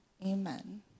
Amen